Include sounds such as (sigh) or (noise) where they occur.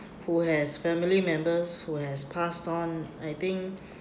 who has family members who has passed on I think (breath)